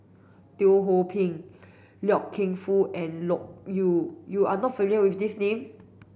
Teo Ho Pin Loy Keng Foo and Loke Yew you are not familiar with these name